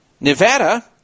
Nevada